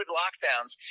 lockdowns